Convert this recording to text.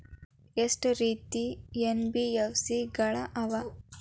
ಎಷ್ಟ ರೇತಿ ಎನ್.ಬಿ.ಎಫ್.ಸಿ ಗಳ ಅವ?